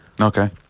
Okay